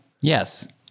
Yes